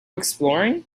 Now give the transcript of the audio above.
exploring